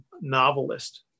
novelist